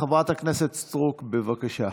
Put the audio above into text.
חברת הכנסת סטרוק, בבקשה.